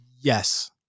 yes